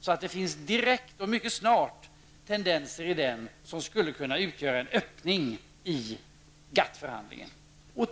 gäller ju att mycket snart kunna se tendenser till öppning i GATT förhandlingen.